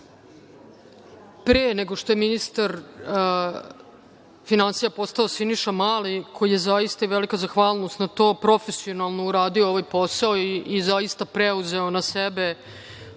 pre nego što je ministar finansija postao Siniša Mali, koji je zaista i velika zahvalnost profesionalno uradio posao i preuzeo na sebe